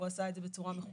הוא עשה את זה בצורה מכוונת,